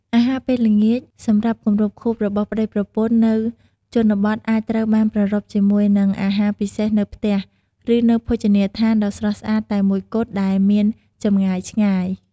អាហារពេលល្ងាចសម្រាប់គម្រប់ខួបរបស់ប្តីប្រពន្ធនៅជនបទអាចត្រូវបានប្រារព្ធជាមួយនឹងអាហារពិសេសនៅផ្ទះ ឬនៅភោជនីយដ្ឋានដ៏ស្រស់ស្អាតតែមួយគត់ដែលមានចម្ងាយឆ្ងាយ។